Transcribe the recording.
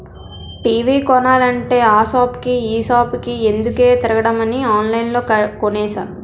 TV కొనాలంటే ఆ సాపుకి ఈ సాపుకి ఎందుకే తిరగడమని ఆన్లైన్లో కొనేసా